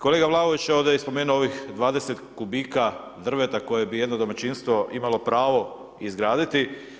Kolega Vlaović je ovdje spomenuo ovih 20 kubika drveta koje bi jedno domaćinstvo pravo izgraditi.